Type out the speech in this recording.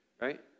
right